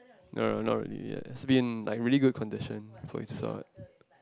no no not really yeah it has to be like really good condition for it start